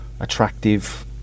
attractive